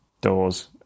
doors